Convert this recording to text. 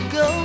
go